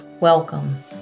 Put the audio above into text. welcome